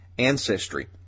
Ancestry